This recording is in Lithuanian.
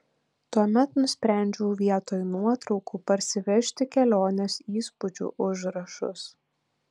tuomet nusprendžiau vietoj nuotraukų parsivežti kelionės įspūdžių užrašus